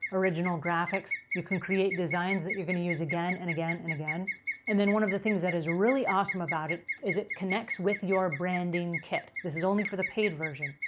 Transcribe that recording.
original graphics. you can create designs that you're going to use again and again and again and then one of the things that is really awesome about it is it connects with your branding kit. this is only for the paid version,